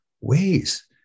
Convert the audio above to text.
ways